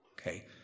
Okay